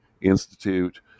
Institute